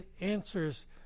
answers